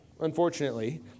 Unfortunately